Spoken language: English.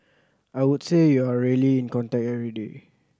I would say you are really in contact every day